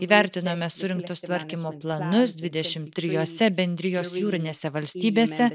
įvertinome surinktus tvarkymo planus dvidešim trijose bendrijos jūrinėse valstybėse